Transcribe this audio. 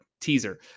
teaser